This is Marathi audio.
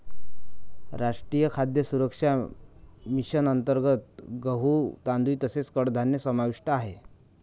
राष्ट्रीय खाद्य सुरक्षा मिशन अंतर्गत गहू, तांदूळ तसेच कडधान्य समाविष्ट आहे